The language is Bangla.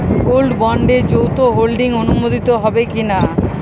গোল্ড বন্ডে যৌথ হোল্ডিং অনুমোদিত হবে কিনা?